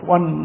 One